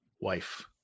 Wife